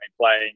playing